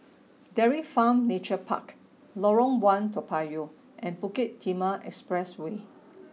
Dairy Farm Nature Park Lorong One Toa Payoh and Bukit Timah Expressway